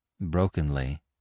Brokenly